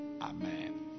amen